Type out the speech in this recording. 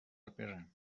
برم